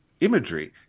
imagery